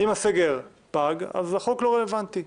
אם הסגר פג, אז החוק לא רלוונטי.